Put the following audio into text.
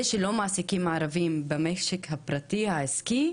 זה שלא מעסיקים ערבים במשק הפרטי העסקי,